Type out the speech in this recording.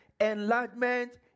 enlightenment